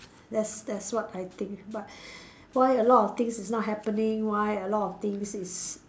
that's that's what I think but why a lot of things is not happening why a lot of things is